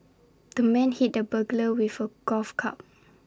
the man hit the burglar with A golf club